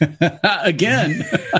Again